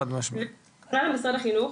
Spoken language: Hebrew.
אני פונה למשרד החינוך